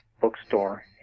bookstore